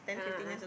a'ah ah